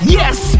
yes